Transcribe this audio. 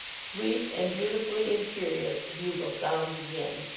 sweet and beautifully imperious the bugle sounds again.